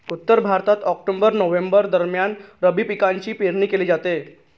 उत्तर भारतात October November दरम्यान रब्बी पिकांची पेरणी केली जाते